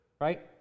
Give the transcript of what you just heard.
right